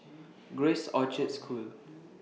Grace Orchard School